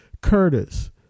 Curtis